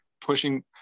pushing